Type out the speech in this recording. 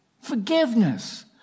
forgiveness